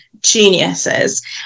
geniuses